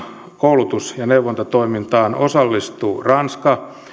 koulutus ja neuvontatoimintaan osallistuvat ranska